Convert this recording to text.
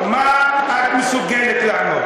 אתה דורש ממני?